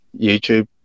YouTube